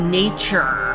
nature